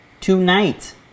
Tonight